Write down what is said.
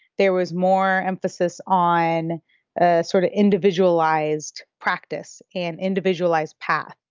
there was more emphasis on ah sort of individualized practice and individualized path.